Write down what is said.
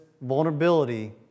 vulnerability